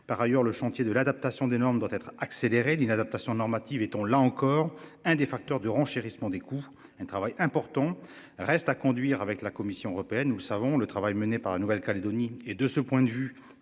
Par ailleurs, le chantier de l'adaptation des normes doit être accélérée l'inadaptation normative et ton là encore un des facteurs de renchérissement des coûts, un travail important reste à conduire avec la Commission européenne nous savons le travail mené par la Nouvelle-Calédonie et de ce point de vue